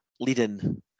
leading